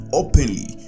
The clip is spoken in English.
openly